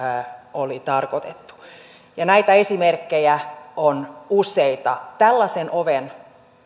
oli tarkoitettu näitä esimerkkejä on useita tällaisen oven